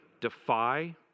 defy